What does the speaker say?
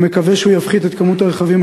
ואני מקווה שהוא יפחית את מספר הרכבים